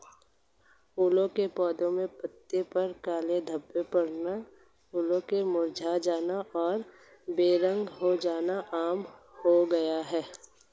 फूलों के पौधे में पत्तियों पर काले धब्बे पड़ना, फूलों का मुरझा जाना और बेरंग हो जाना आम हो गया है